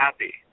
happy